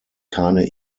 keine